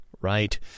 right